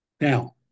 Now